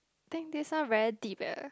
think this one very deep eh